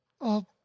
up